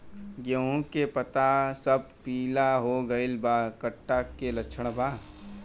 गेहूं के पता सब पीला हो गइल बा कट्ठा के लक्षण बा?